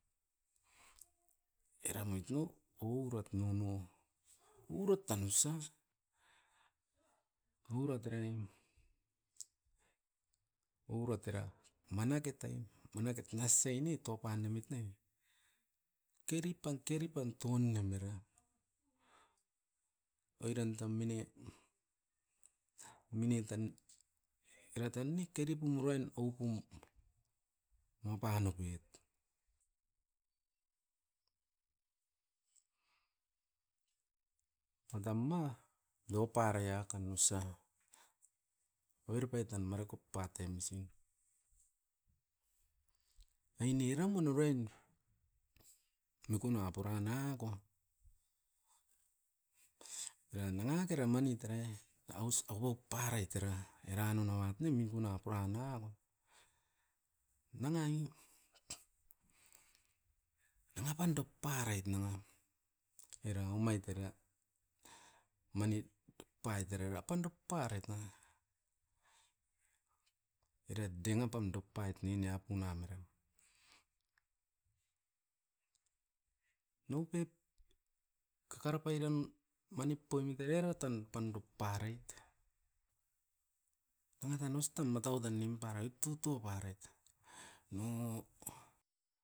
Eram oit no. Ourat nouno, urat tan osa, urat eraim, ourat era manaket ai, manaket naseine topanemit ne, keripan-keripan tounem era oiran tam mine omine tan era tan ne keripum urain oupum mopanopoit. Matam ma dioparei akanusa, avere pai tan marikop patoi misin, aine eram unurain mikuna puran naako, era nanga kera manit era i aus kopop parait era. Era nonouat ne mikuna puran nangako, nanga'i, nanga pan dok parait nanga era omait era manit pait era rapan dop paroit na. Era denga pan dok pait'ne niapun ameram, nou pep kakara pairan manip poimit oira era tan pandup parait. Nanga tan ostan matau tan nimparoit tutou parait, no.